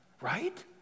right